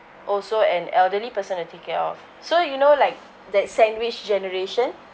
also an elderly person to take care of so you know like that sandwich generation